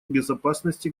безопасности